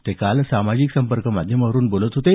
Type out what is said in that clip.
ते काल सामाजिक संपर्क माध्यमावरून बोलत होते